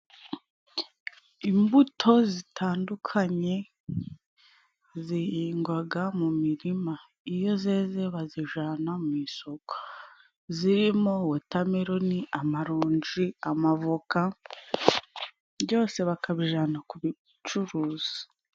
Imbuto zitandukanye zihingwaga mu mirima. Iyo zeze bazijana mu isoko. Zirimo wotameruni, amaronji amavoka byose bakabijana ku bicuruza.